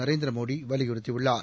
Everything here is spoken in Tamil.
நரேந்திரமோடி வலியுறுத்தியுள்ளார்